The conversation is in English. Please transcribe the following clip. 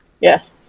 Yes